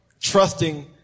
trusting